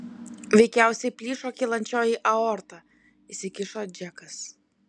veikiausiai plyšo kylančioji aorta įsikišo džekas